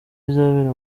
izabera